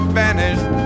vanished